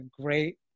great